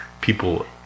people